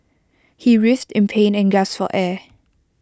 he writhed in pain and gasped for air